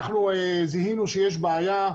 זיהינו שיש בעיה,